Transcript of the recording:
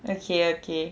okay okay